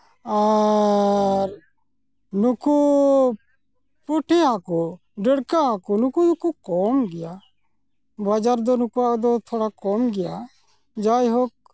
ᱟᱨ ᱱᱩᱠᱩ ᱯᱩᱸᱴᱷᱤ ᱦᱟᱹᱠᱩ ᱰᱟᱹᱲᱠᱟᱹ ᱦᱟᱹᱠᱩ ᱱᱩᱠᱩ ᱫᱚᱠᱚ ᱠᱚᱢ ᱜᱮᱭᱟ ᱵᱟᱡᱟᱨ ᱫᱚ ᱱᱩᱠᱩᱣᱟᱜ ᱫᱚ ᱛᱷᱚᱲᱟ ᱠᱚᱢ ᱜᱮᱭᱟ ᱡᱟᱭᱦᱳᱠ